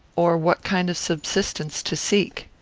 or what kind of subsistence to seek.